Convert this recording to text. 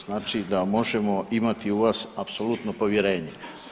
Znači da možemo imati u vas apsolutno povjerenje.